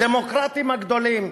הדמוקרטים הגדולים.